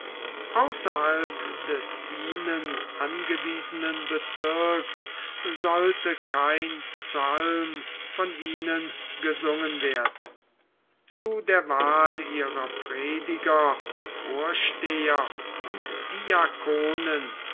außerhalb des ihnen angewiesenen bezirks sollte kein psalm von ihnen gesungen werden zu der wahl ihrer prediger vorsteher und diaconen